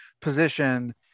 position